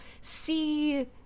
see